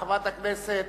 חברת הכנסת